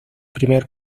primer